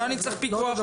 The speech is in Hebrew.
למה אני צריך פיקוח?